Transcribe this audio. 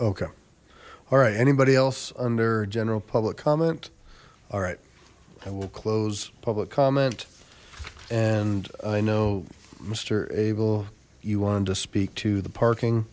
okay all right anybody else under general public comment all right i will close public comment and i know mister abel you wanted to speak to the parking